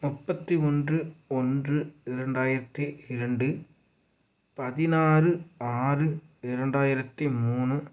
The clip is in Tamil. முப்பத்தி ஒன்று ஒன்று இரண்டாயிரத்தி இரண்டு பதினாறு ஆறு இரண்டாயிரத்தி மூணு